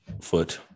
Foot